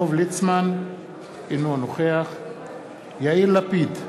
אינו נוכח יאיר לפיד,